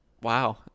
Wow